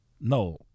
No